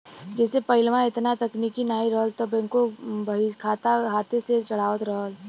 जइसे पहिलवा एतना तकनीक नाहीं रहल त बैंकों बहीखाता हाथे से चढ़ावत रहल